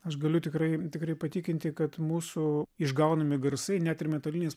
aš galiu tikrai tikrai patikinti kad mūsų išgaunami garsai net ir metaliniais